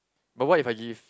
but what if I give